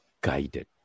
guided